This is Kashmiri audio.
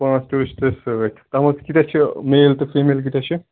پانٛژھ ٹوٗرِسٹ سۭتۍ تَتھ منٛز کۭتیٛاہ چھِ میل تہٕ فیٖمیل کۭتیٛاہ چھِ